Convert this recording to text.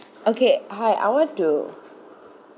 okay hi I want to